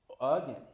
again